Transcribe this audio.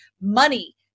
money